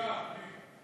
מי?